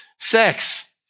Sex